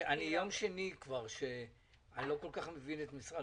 זה יום שני שאני לא כל כך מבין את משרד